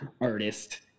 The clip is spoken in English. artist